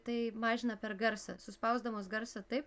tai mažina per garsą suspausdamos garsą taip